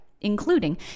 including